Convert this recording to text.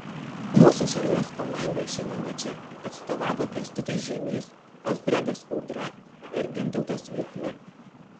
mūsų šalies komandai šiame mače atstovavo kęstutis žeimys alfredas udra ir gintautas juchna